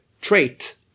trait